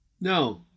no